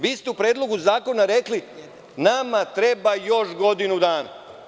Vi ste u Predlogu zakona rekli – nama treba još godinu dana.